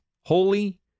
Holy